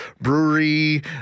brewery